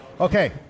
okay